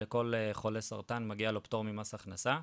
לכל חולה סרטן מגיע פטור ממס הכנסה,